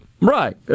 Right